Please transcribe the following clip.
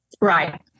Right